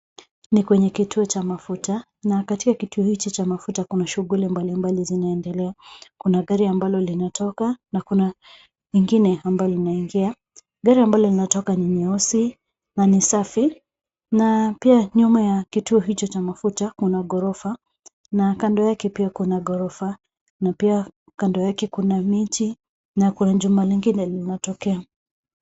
Ni kwenye kituo cha mafuta, na katika kituo hicho cha mafuta kuna shughuli mbalimbali zinaendelea. Kuna gari ambalo linatoka, na kuna nyingine ambayo linaingia. Gari ambalo linatoka ni nyeusi, na ni safi, na pia nyuma ya kituo hicho cha mafuta kuna ghorofa, na kando yake pia kuna ghorofa, na pia kando yake kuna miti, na kuna jumba lingine linatokea.